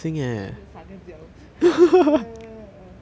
每次撒个娇 ya